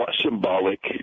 symbolic